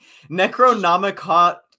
Necronomicon-